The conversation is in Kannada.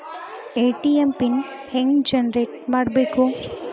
ಎ.ಟಿ.ಎಂ ಪಿನ್ ಹೆಂಗ್ ಜನರೇಟ್ ಮಾಡಬೇಕು?